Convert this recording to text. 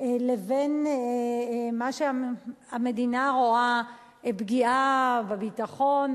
לבין מה שהמדינה רואה כפגיעה בביטחון,